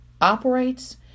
operates